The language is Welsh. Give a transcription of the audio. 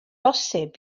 bosib